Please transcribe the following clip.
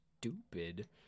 stupid